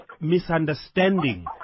misunderstanding